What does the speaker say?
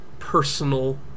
personal